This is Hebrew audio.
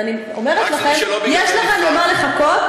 ואני אומרת לכם: יש לכם למה לחכות.